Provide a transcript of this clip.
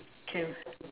okay